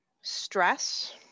stress